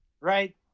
Right